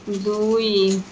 ଦୁଇ